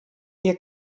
ihr